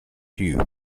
hue